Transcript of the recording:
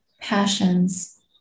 passions